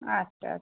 আচ্ছা আচ্ছা